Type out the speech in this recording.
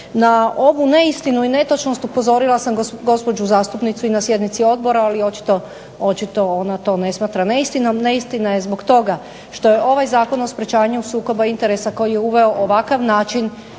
Na ovu neistinu i netočnost upozorila sam gospođu zastupnicu i na sjednicu odbora, ali očito ona to ne smatra neistinom. Neistina je zbog toga što je ovaj Zakon o sprječavanju sukoba interesa koji je uveo ovakav način